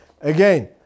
Again